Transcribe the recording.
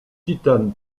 titan